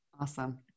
awesome